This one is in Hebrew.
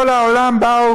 כל העולם בא,